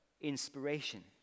inspiration